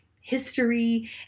history